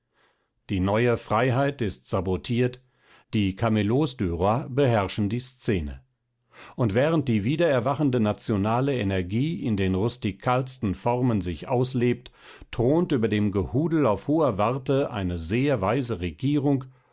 die neue freiheit ist sabotiert die camelots du roi beherrschen die szene und während die wiedererwachende nationale energie in den rustikalsten formen sich auslebt thront über dem gehudel auf hoher warte eine sehr weise regierung